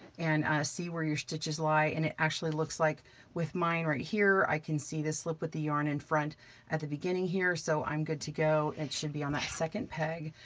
and see where your stitches lie. and it actually looks like with mine right here, i can see this slip with the yarn in front at the beginning here. so i'm good to go and it should be on that second peg.